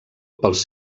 pels